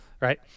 right